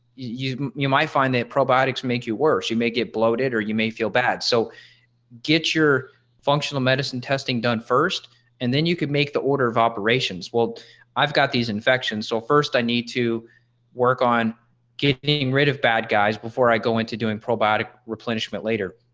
you, you might find that probiotics make you worse you may get bloated or you may feel bad. so get your functional medicine testing done first and then you can make the order of operations. well i've got these infections so first i need to work on getting rid of bad guys before i go into doing probiotic replenishment later.